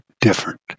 different